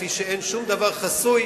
כפי שאין שום דבר חסוי